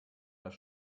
das